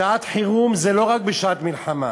שעת-חירום זה לא רק בשעת מלחמה,